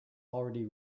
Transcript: already